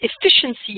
efficiency